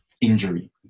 injury